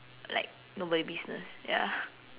like nobody's business ya